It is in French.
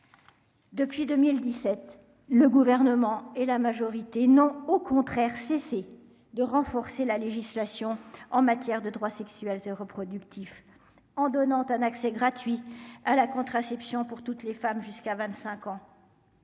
depuis 2017, le gouvernement et la majorité non, au contraire, c'est de renforcer la législation en matière de droits sexuels et reproductifs en donnant un accès gratuit à la contraception pour toutes les femmes jusqu'à 25 ans